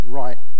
right